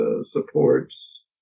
supports